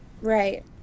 right